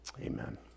Amen